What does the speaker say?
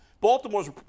Baltimore's –